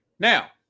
Now